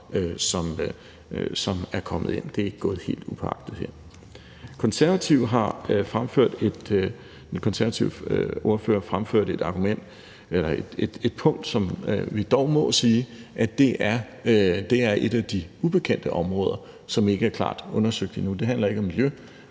høringssvar ind. Det er ikke gået helt upåagtet hen. Den konservative ordfører fremførte et punkt, som vi dog må sige er et af de ubekendte områder, som ikke er klart undersøgt endnu. Det handler ikke om miljø,